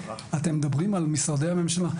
אתם מדברים על משרדי הממשלה.